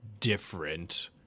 different